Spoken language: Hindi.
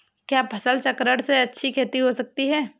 क्या फसल चक्रण से अच्छी खेती हो सकती है?